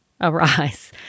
arise